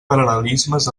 paral·lelismes